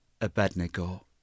Abednego